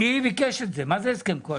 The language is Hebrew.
הם דיברו כל הזמן נגד הכספים הקואליציוניים.